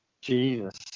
Jesus